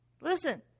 Listen